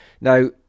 Now